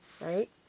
right